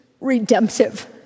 redemptive